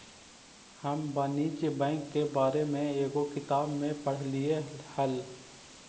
हम वाणिज्य बैंक के बारे में एगो किताब में पढ़लियइ हल